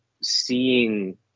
seeing